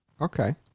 Okay